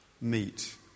meet